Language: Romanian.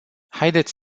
haideți